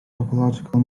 topological